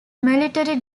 military